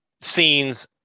scenes